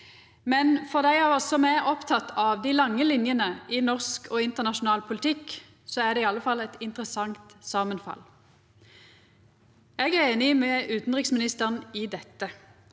Men for dei av oss som er opptekne av dei lange linjene i norsk og internasjonal politikk, er det i alle fall eit interessant samanfall. Eg er einig med utanriksministeren i dette: